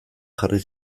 jarri